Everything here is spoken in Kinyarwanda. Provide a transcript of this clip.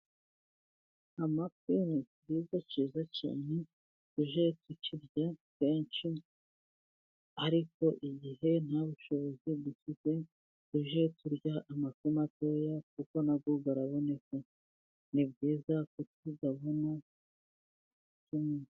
Amafi ni ikiribwa cyiza cyane, tujye tukirya kenshi ariko igihe nta bushobozi dufite tujye turya amafi matoya, kuko nayo araboneka, ni byiza ko tuyabona.